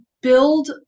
build